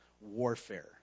warfare